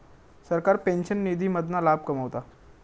सरकार पेंशन निधी मधना लाभ कमवता